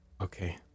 Okay